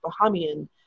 Bahamian